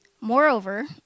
Moreover